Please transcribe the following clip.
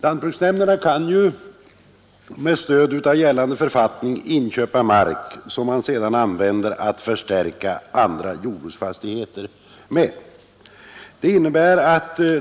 Lantbruksnämnderna kan med stöd av gällande författning inköpa mark som sedan används till att förstärka andra jordbruksfastigheter.